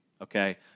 okay